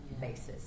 basis